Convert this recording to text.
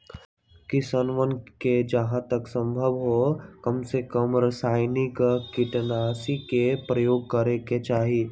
किसनवन के जहां तक संभव हो कमसेकम रसायनिक कीटनाशी के प्रयोग करे के चाहि